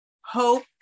hope